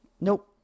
Nope